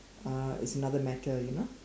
uh it's another matter you know